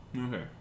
Okay